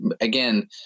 again